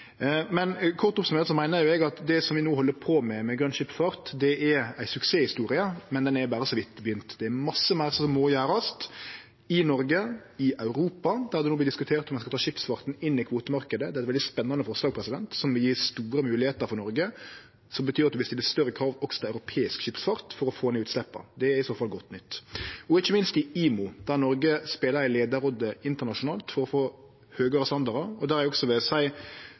Kort oppsummert meiner jo eg at det som vi no held på med i grøn skipsfart, er ei suksesshistorie, men ho er berre så vidt begynt. Det er masse meir som må gjerast i Noreg, i Europa, der det no vert diskutert om ein skal ta skipsfarten inn i kvotemarknaden. Det er eit veldig spennande forslag som vil gje store moglegheiter for Noreg, og som betyr at ein vil stille større krav også til europeisk skipsfart for å få ned utsleppa. Det er i så fall godt nytt. Så er det IMO, ikkje minst, der Noreg spelar ei leiarrolle internasjonalt for å få høgare standardar. Der vil eg seie, som nokon var inne på her, at også